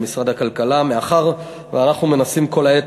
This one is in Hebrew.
של משרד הכלכלה: מאחר שאנחנו מנסים כל העת